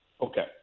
Okay